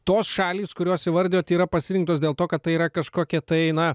tos šalys kuriuos įvardijot yra pasirinktos dėl to kad tai yra kažkokia tai na